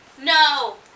No